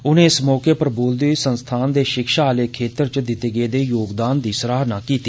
उनें इस मौके उप्पर बोलदे होई संस्थान दे शिक्षा आहले खेतर च दित्ते गेदे योगदान दी सराहना कीती